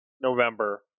november